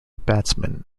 batsman